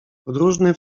podróżny